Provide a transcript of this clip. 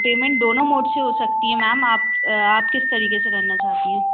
payment दोनों mode से हो सकती हैं मैम आप आप किस तरीके से करना चाहती हैं